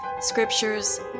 scriptures